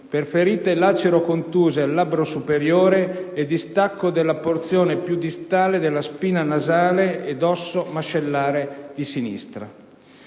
per ferite lacero-contuse al labbro superiore e distacco della porzione più distale della spina nasale ed osso mascellare di sinistra.